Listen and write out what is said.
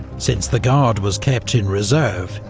since the guard was kept in reserve,